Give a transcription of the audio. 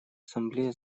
ассамблея